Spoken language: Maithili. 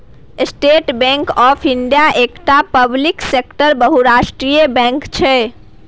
स्टेट बैंक आँफ इंडिया एकटा पब्लिक सेक्टरक बहुराष्ट्रीय बैंक छै